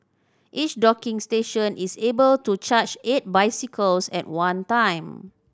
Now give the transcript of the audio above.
each docking station is able to charge eight bicycles at one time